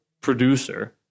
producer